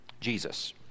Jesus